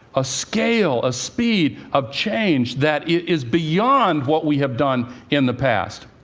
a scale, a speed of change that is beyond what we have done in the past.